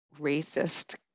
racist